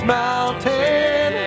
mountain